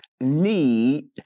need